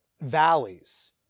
valleys